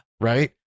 Right